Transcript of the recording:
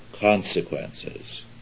consequences